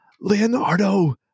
Leonardo